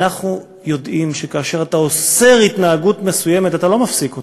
אנחנו יודעים שכאשר אתה אוסר התנהגות מסוימת אתה לא מפסיק אותה.